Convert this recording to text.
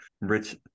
rich